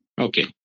Okay